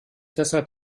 deshalb